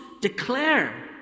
declare